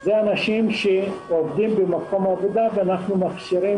זה אנשים שעובדים במקום עבודה ואנחנו מכשירים